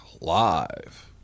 live